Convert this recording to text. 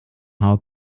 how